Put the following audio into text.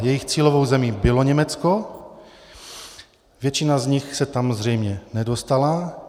Jejich cílovou zemí bylo Německo, většina z nich se tam zřejmě nedostala.